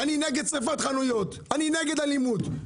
אני נגד שריפת חנויות, אני נגד אלימות,